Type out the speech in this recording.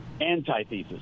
antithesis